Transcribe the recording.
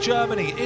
Germany